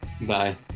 Bye